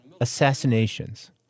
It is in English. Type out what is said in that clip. assassinations